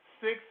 six